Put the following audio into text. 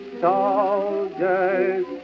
soldiers